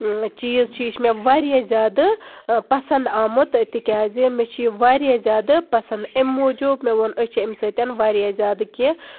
چیٖز چھُ یہ چھُ مےٚ واریاہ زیادٕ پسنٛد آمُت تِکیازِ مےٚ چھُ یہِ واریاہ زیادٕ پسنٛد امہِ موٗجوٗب مےٚ ووٚن أسۍ چھِ امہِ سۭتۍ واریاہ کینٛہہ